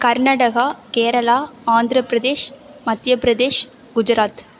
Karnataka Kerala Andhra Pradesh Madhya Pradesh Gujarat